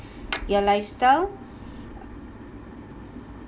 your lifestyle